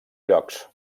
llocs